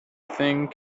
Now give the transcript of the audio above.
thing